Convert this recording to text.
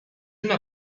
una